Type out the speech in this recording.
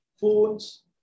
phones